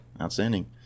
Outstanding